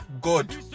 God